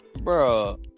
bro